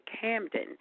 Camden